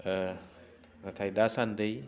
नाथाय दासान्दि